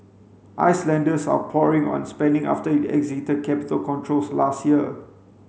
Icelanders are pouring on spending after it exited capital controls last year